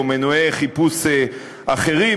או מנועי חיפוש אחרים,